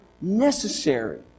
necessary